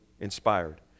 inspired